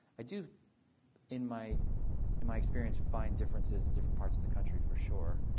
i do in my in my experience find differences in different parts of the country, for sure.